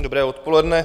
Dobré odpoledne.